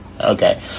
Okay